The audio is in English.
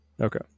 Okay